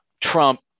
trump